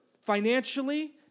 financially